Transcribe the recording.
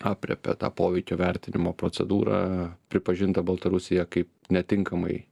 aprėpia tą poveikio vertinimo procedūrą pripažinta baltarusija kaip netinkamai